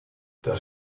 das